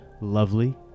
lovely